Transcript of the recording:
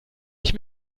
ich